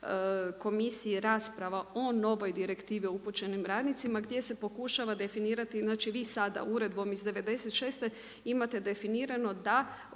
komisiji rasprava o novoj direktivi o upućenim radnicima gdje se pokušava definirati, znači vi sada uredbom iz '96. imate definirano da